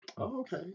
Okay